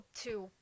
two